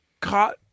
caught –